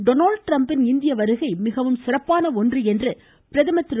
Donald டிரம்ப்பின் இந்திய வருகை மிகவும் சிறப்பான ஒன்று என்று பிரதமர் திரு